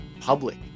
public